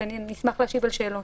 נשמח להשיב על שאלות.